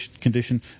condition